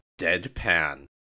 deadpan